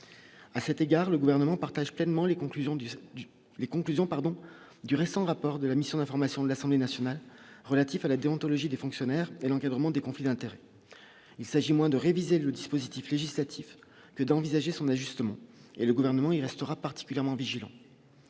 à cet égard le gouvernement partage pleinement les conclusions du jeu les conclusions, pardon du récent rapport de la mission d'information de l'Assemblée nationale, relatif à la déontologie des fonctionnaires et l'encadrement des conflits d'intérêts, il s'agit moins de réviser le dispositif législatif que d'envisager son ajustement et le gouvernement, il restera particulièrement vigilants,